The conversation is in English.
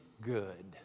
good